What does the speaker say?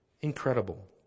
Incredible